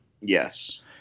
Yes